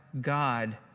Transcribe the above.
God